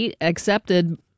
accepted